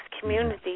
community